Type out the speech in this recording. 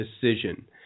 decision